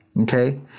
Okay